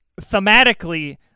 Thematically